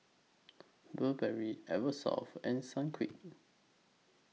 Burberry Eversoft and Sunquick